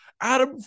Adam